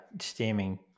steaming